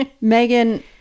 Megan